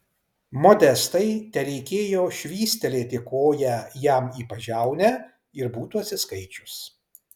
modestai tereikėjo švystelėti koja jam į pažiaunę ir būtų atsiskaičius